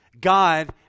God